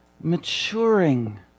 Maturing